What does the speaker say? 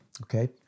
Okay